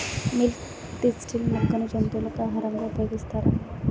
Milk thistle మొక్కను జంతువులకు ఆహారంగా ఉపయోగిస్తారా?